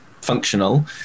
functional